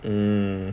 mm